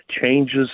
changes